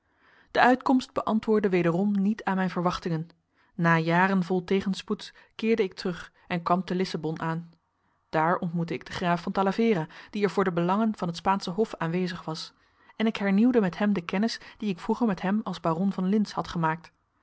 de uitkomst beantwoordde wederom niet aan mijn verwachtingen na jaren vol tegenspoeds keerde ik terug en kwam te lissabon aan daar ontmoette ik den graaf van talavera die er voor de belangen van het spaansche hof aanwezig was en ik hernieuwde met hem de kennis die ik vroeger met hem als baron van lintz had gemaakt